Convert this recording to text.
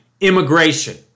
immigration